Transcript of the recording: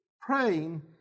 Praying